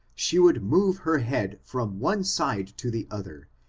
she would move her head from one side to the other,